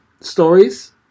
stories